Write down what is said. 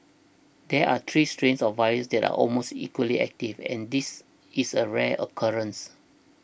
there are three strains of virus that are almost equally active and this is a rare occurrence